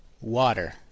water